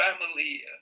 family